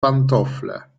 pantofle